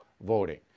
voting